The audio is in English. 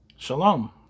Shalom